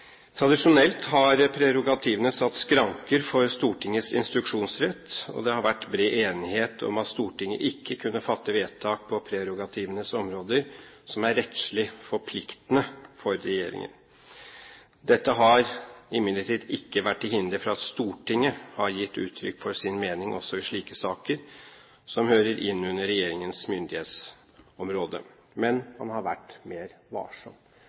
Tradisjonelt har prerogativene satt skranker for Stortingets instruksjonsrett, og det har vært bred enighet om at Stortinget ikke kunne fatte vedtak på prerogativenes områder, som er rettslig forpliktende for regjeringen. Dette har imidlertid ikke vært til hinder for at Stortinget har gitt uttrykk for sin mening også i slike saker som hører inn under regjeringens myndighetsområde, men man har vært mer varsom.